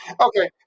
Okay